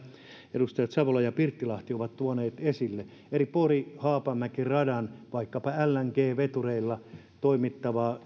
edustajat savola ja pirttilahti ovat tuoneet esille eli pori haapamäki radan vaikkapa lng vetureilla toimiva